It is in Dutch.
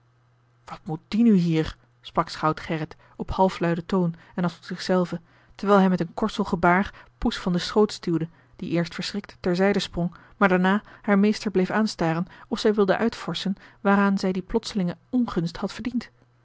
wat moet die nu hier sprak schout gerrit op halfluiden toon en als tot zich zelven terwijl hij met een korsel gebaar poes van den schoot stuwde die eerst verschrikt ter zijde sprong maar daarna haar meester bleef aanstaren of zij wilde uitvorschen waaraan zij die plotselinge ongunst had verdiend